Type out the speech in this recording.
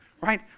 right